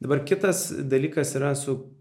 dabar kitas dalykas yra su